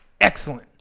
excellent